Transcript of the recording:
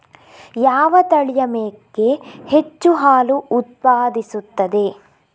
ಯಾವ ತಳಿಯ ಮೇಕೆ ಹೆಚ್ಚು ಹಾಲು ಉತ್ಪಾದಿಸುತ್ತದೆ?